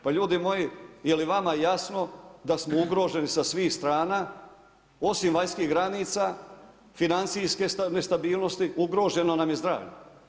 Pa ljudi moji je li vama jasno da smo ugroženi sa svih strana, osim vanjskih granica, financijske nestabilnosti, ugroženo nam je zdravlje.